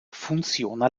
funziona